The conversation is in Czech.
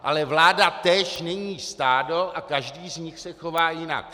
Ale vláda též není stádo a každý z nich se chová jinak.